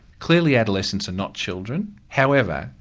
clearly adolescents are not children. however,